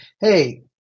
Hey